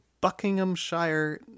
buckinghamshire